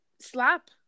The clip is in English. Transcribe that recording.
slap